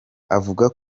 avuga